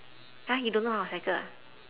!huh! you don't know how to cycle ah